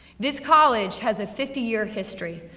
this college has a fifty year history,